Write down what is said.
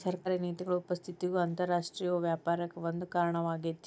ಸರ್ಕಾರಿ ನೇತಿಗಳ ಉಪಸ್ಥಿತಿನೂ ಅಂತರರಾಷ್ಟ್ರೇಯ ವ್ಯಾಪಾರಕ್ಕ ಒಂದ ಕಾರಣವಾಗೇತಿ